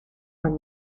man